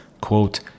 quote